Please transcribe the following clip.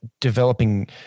developing –